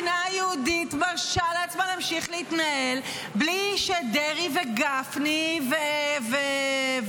היהודית מרשה לעצמה להמשיך להתנהל בלי שדרעי וגפני ושות'